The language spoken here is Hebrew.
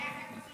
היה כאן